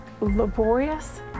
laborious